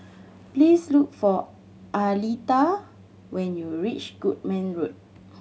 please look for Aleta when you reach Goodman Road